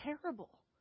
terrible